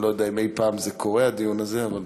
ההצעה לכלול את